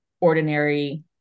ordinary